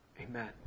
Amen